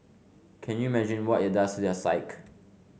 can you what it does their psyche